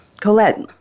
Colette